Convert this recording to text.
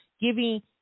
giving